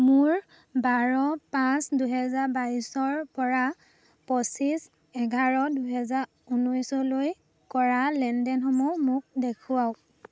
মোৰ বাৰ পাঁচ দুহেজাৰ বাইছৰপৰা পঁচিছ এঘাৰ দুহেজাৰ ঊনৈছলৈ কৰা লেনদেনসমূহ মোক দেখুৱাওক